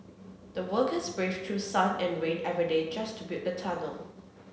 the workers braved through sun and rain every day just to build the tunnel